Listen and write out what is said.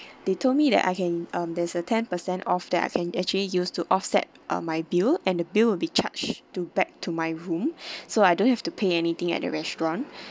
they told me that I can um there's a ten percent off that I can actually use to offset uh my bill and the bill will be charged to back to my room so I don't have to pay anything at the restaurant